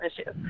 issue